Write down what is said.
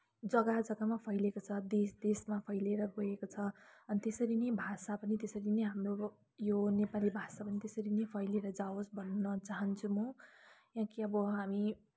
जग्गा जग्गामा फैलिएको छ देश देशमा फैलिएर गएको छ अनि त्यसरी नै भाषा पनि त्यसरी नै हाम्रो यो नेपाली भाषा पनि त्यसरी नै फैलिएर जाओस् भन्न चाहन्छु म किनकि अब हामी